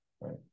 right